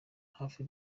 hafi